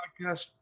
podcast